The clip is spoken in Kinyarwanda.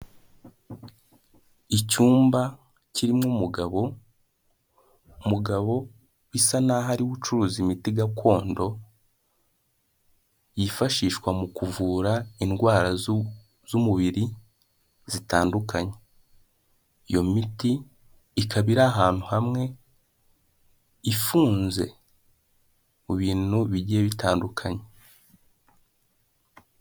Icyumba kirimo umugabo, Umugabo usa naho ari we ucuruza imiti gakondo yifashishwa mu kuvura indwara z'umubiri zitandukanye. Iyo miti ikaba iri ahantu hamwe ifunze mu ibintu bigiye bitandukanye.